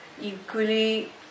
equally